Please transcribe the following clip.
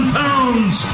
pounds